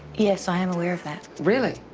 yes, i am aware of that. really!